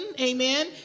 Amen